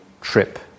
trip